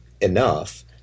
enough